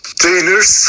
trainers